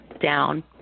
down